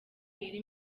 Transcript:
iri